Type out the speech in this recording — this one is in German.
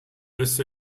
lässt